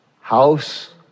house